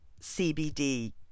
CBD